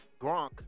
Gronk